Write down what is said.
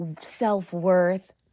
self-worth